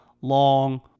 long